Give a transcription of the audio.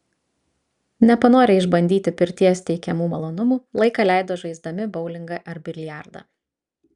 nepanorę išbandyti pirties teikiamų malonumų laiką leido žaisdami boulingą ar biliardą